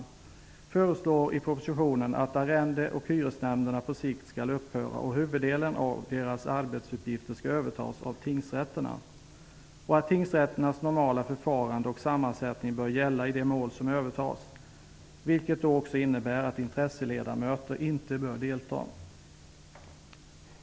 Regeringen föreslår i propositionen att arrende och hyresnämnderna på sikt skall upphöra. Huvuddelen av deras arbetsuppgifter skall övertas av tingsrätterna. Tingsrätternas normala förfarande och sammansättning bör gälla i de mål som övertas. Det innebär också att intresseledamöter inte bör delta.